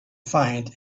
find